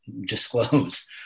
disclose